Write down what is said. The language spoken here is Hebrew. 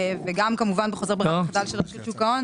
וגם כמובן בחוזר ברירת מחדל של רשות שוק ההון,